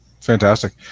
Fantastic